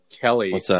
Kelly